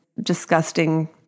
disgusting